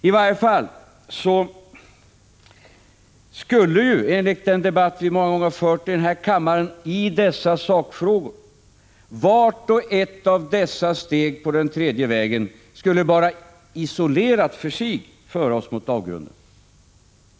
I varje fall skulle ju, enligt den debatt vi många gånger har fört i den här kammaren i dessa sakfrågor, vart och ett av dessa steg på den tredje vägen isolerat för sig föra oss mot avgrunden.